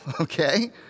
okay